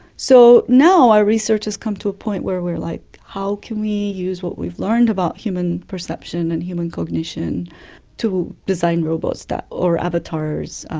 so now our research has come to a point where we're like, how can we use what we've learned about human perception and human cognition to design robots or avatars,